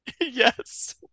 Yes